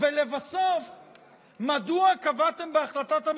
ועכשיו הוא עוד פעם מעביר לכם את זה,